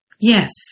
yes